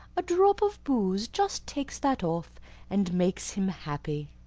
a drop of booze just takes that off and makes him happy.